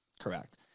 Correct